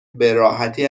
براحتی